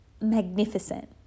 magnificent